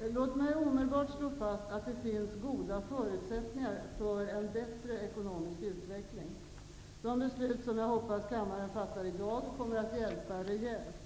Låt mig omedelbart slå fast att det finns goda förutsättningar för en bättre ekonomisk utveckling. De beslut, som jag hoppas kammaren kommer att fatta i dag, kommer att hjälpa rejält.